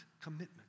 commitment